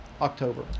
October